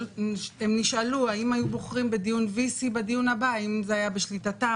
הם נשאלו האם היו בוחרים בדיון VC בדיון הבא אם זה היה בשליטתם,